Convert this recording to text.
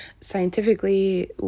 scientifically